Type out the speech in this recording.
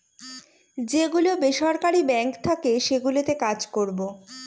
যে গুলো বেসরকারি বাঙ্ক থাকে সেগুলোতে কাজ করবো